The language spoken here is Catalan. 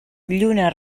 lluna